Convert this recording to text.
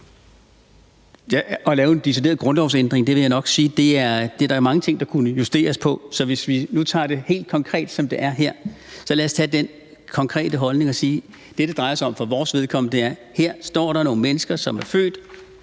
at lave en decideret grundlovsændring vil jeg jo nok sige, at der er mange ting, der kunne justeres på. Så hvis vi nu tager det helt konkret, som det er her, kan vi tage den konkrete holdning og sige, at det, som det for vores vedkommende drejer sig om, er, at der her står nogle mennesker, som er født